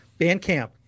Bandcamp